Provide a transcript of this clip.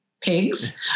pigs